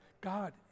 God